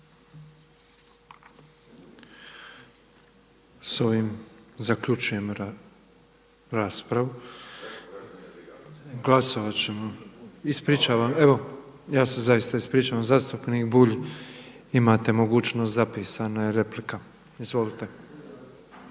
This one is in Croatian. S ovim zaključujem raspravu. Glasovat ćemo. Ja se zaista ispričavam. Zastupnik Bulj imate mogućnost zapisano je, replika. Izvolite.